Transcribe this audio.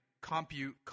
Compute